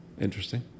Interesting